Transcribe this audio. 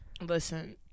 Listen